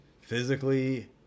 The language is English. physically